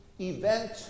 event